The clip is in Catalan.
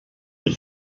les